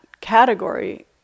category